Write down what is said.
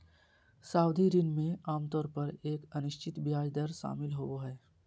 सावधि ऋण में आमतौर पर एक अनिश्चित ब्याज दर शामिल होबो हइ